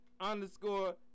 underscore